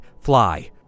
Fly